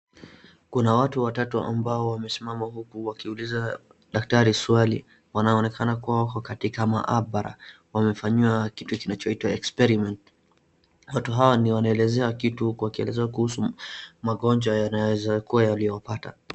Kuna watu watatu ambao wamesimama huku wakiuliza daktari swali wanaoneka kua wako katika maabara wamefanyiwa kitu kinachoitwa experiment watu hawa ni wanaeleza kitu wakielezea kuhusu magonjwa yanayoweza kuwa yaliwapata.